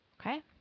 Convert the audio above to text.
Okay